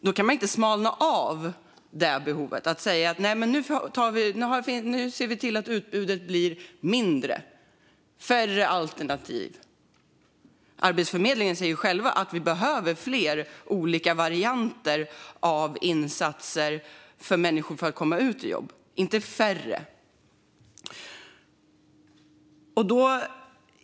Då kan man inte smalna av och säga: Nu ser vi till att utbudet blir mindre och alternativen färre. Arbetsförmedlingen säger själva att vi behöver fler olika varianter av insatser för att människor ska komma i jobb, inte färre.